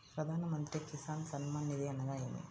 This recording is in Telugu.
ప్రధాన మంత్రి కిసాన్ సన్మాన్ నిధి అనగా ఏమి?